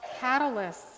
catalysts